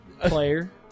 player